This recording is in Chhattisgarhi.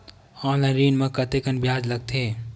ऑनलाइन ऋण म कतेकन ब्याज लगथे?